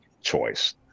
choice